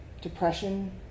depression